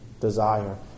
Desire